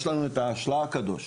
יש את הרשל״ה הקדוש,